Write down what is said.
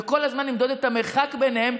וכל הזמן למדוד את המרחק ביניהם,